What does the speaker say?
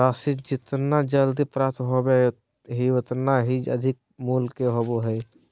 राशि जितना जल्दी प्राप्त होबो हइ उतना ही अधिक मूल्य के होबो हइ